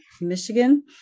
Michigan